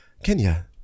Kenya